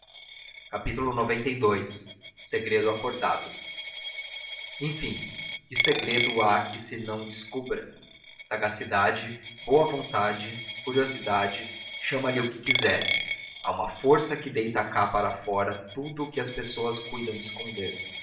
isso melhor aceita xcii segredo acordado enfim que segredo há que se não descubra sagacidade boa vontade curiosidade chama-lhe o que quiseres há uma força que deita cá para fora tudo o que as pessoas cuidam de esconder